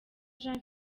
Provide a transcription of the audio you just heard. jean